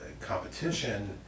competition